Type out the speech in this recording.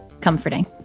comforting